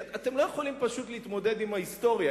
אתם פשוט לא יכולים להתמודד עם ההיסטוריה,